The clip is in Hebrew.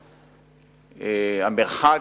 המרחק,